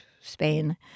Spain